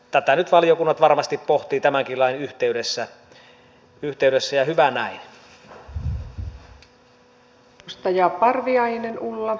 tätä nyt valiokunnat varmasti pohtivat tämänkin lain yhteydessä ja hyvä näin